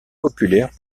populaire